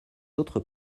autres